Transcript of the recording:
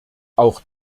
auch